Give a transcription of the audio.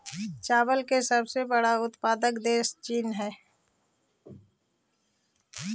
चावल के सबसे बड़ा उत्पादक देश चीन हइ